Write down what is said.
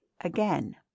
again